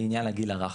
לעניין הגיל הרך,